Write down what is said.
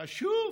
חשוב,